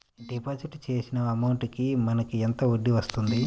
Deposit చేసిన amount కి మనకి ఎంత వడ్డీ వస్తుంది?